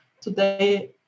Today